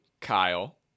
Kyle